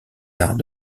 arts